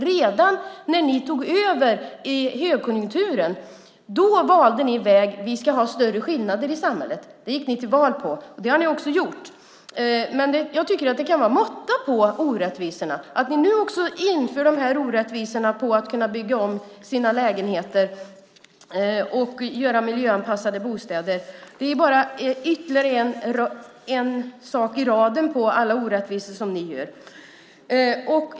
Redan när ni tog över i högkonjunkturen valde ni väg. Vi ska ha större skillnader i samhället. Det gick ni till val på. Så har ni också gjort. Men jag tycker att det kan vara måtta på orättvisorna. Att ni nu också inför de här orättvisorna vad gäller att kunna bygga om sina lägenheter och göra miljöanpassade bostäder är bara ytterligare en sak i raden av alla orättvisor som ni gör.